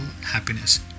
happiness